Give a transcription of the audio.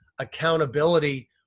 accountability